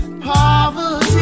poverty